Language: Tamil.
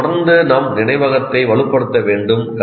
நாம் தொடர்ந்து நம் நினைவகத்தை வலுப்படுத்த வேண்டும்